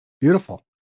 beautiful